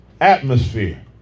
atmosphere